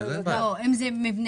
שרת